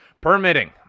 permitting